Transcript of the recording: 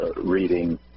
reading